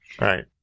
Right